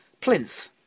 plinth